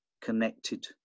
connected